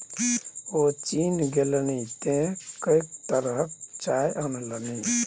ओ चीन गेलनि तँ कैंक तरहक चाय अनलनि